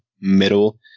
middle